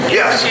yes